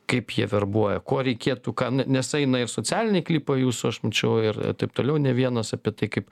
kaip jie verbuoja kuo reikėtų ką nes eina ir socialiniai klipai jūsų aš mačiau ir taip toliau ne vienas apie tai kaip